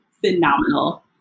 phenomenal